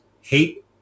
hate